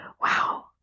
wow